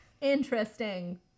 Interesting